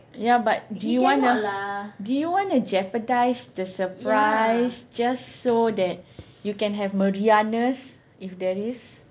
ya but do you wanna do you wanna jeopardise the surprise just so that you can have meriahness if there is